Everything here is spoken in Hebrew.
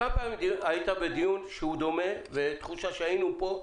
כמה פעמים היית בדיון שהוא דומה ובתחושה שכבר היינו פה,